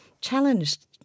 challenged